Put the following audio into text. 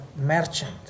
merchant